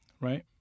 right